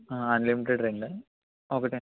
unlimited రెండా ఒకటా